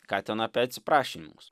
ką ten apie atsiprašymus